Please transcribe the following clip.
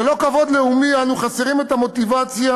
ללא כבוד לאומי אנו חסרים את המוטיבציה